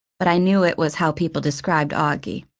but i knew it was how people described auggie.